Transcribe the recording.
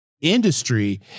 industry